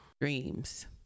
dreams